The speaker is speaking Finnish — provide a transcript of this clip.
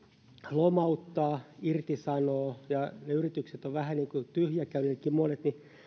lomauttavat irtisanovat ja monet yritykset ovat vähän niin kuin tyhjäkäynnilläkin niin